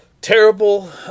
Terrible